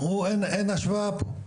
אין השוואה פה.